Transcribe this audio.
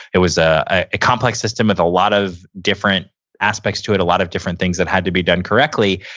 it was ah ah a complex system with a lot of different aspects to it, a lot of different things that had to be done correctly,